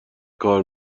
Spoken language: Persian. کار